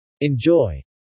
Enjoy